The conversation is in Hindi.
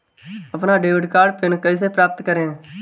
अपना डेबिट कार्ड पिन कैसे प्राप्त करें?